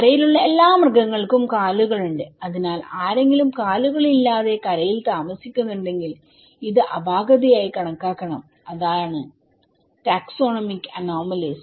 കരയിലുള്ള എല്ലാ മൃഗങ്ങൾക്കും കാലുകളുണ്ട് അതിനാൽ ആരെങ്കിലും കാലുകൾ ഇല്ലാതെ കരയിൽ താമസിക്കുന്നുണ്ടെങ്കിൽ ഇത് അപാകതയായി കണക്കാക്കണം അതായത് ടാക്സോണമിക് അനോമലീസ്